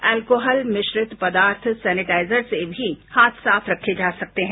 alcohol मिश्रित पदार्थ sanitiser से भी हाथ साफ रखे जा सकते हैं